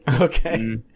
Okay